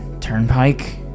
Turnpike